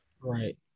right